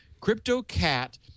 CryptoCat